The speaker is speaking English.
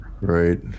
Right